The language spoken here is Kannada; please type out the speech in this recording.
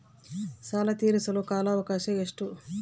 ಸಾಲ ತೇರಿಸಲು ಕಾಲ ಅವಕಾಶ ಎಷ್ಟು?